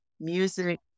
music